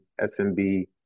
SMB